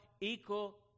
equal